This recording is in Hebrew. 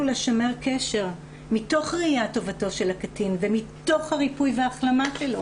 לשמר קשר מתוך ראיית טובתו של הקטין ומתוך הריפוי וההחלמה שלו.